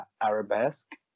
Arabesque